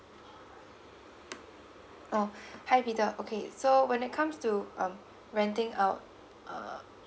oh hi peter okay so when it comes to um renting out uh